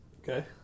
Okay